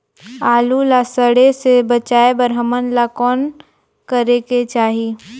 आलू ला सड़े से बचाये बर हमन ला कौन करेके चाही?